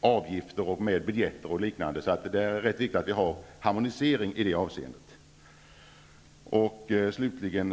avgifter, biljetter och liknande. Det är viktigt att man har en harmonisering i det här avseendet. Herr talman!